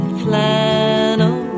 flannel